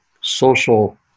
social